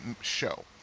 show